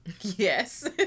Yes